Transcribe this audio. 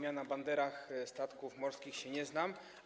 Ja na banderach statków morskich się nie znam.